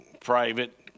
private